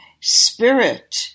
spirit